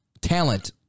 talent